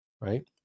Right